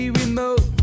remote